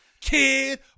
Kid